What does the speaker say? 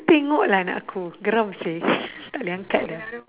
tengoklah anak aku geram seh takleh angkat dah